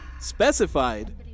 specified